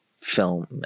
film